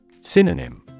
Synonym